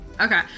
Okay